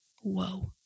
Whoa